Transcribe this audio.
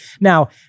Now